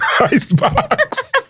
Icebox